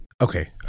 Okay